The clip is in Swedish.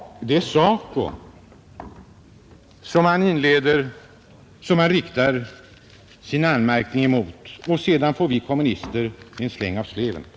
Det är SACO som han riktar sina anmärkningar mot, och sedan får vi kommunister en släng av sleven.